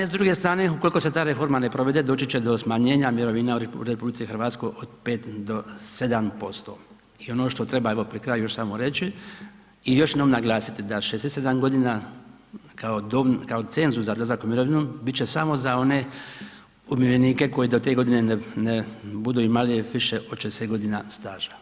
S druge strane, ukoliko se ta reforma ne provede, doći će do smanjenja mirovina u RH od 5-7% i ono što treba, evo pri kraju samo reći i još jednom naglasiti, da 67 godina kao cenzus za odlazak u mirovinu, bit će samo za one umirovljenike koji do te godine ne budu imali više od 40 godina staža.